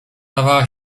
dawała